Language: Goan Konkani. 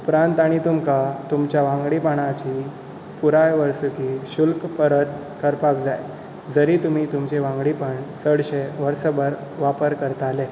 उपरांत तांणी तुमकां तुमच्या वांगडीपणाची पुराय वर्सुकी शुल्क परत करपाक जाय जरी तुमी तुमचें वांगडीपण चडशें वर्सभर वापर करताले